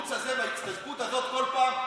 התירוץ הזה וההצטדקות הזאת כל פעם,